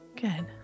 Good